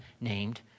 named